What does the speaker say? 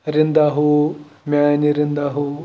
رِندہ ہَو میانہِ رِندا ہو